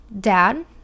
Dad